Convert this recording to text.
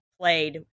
played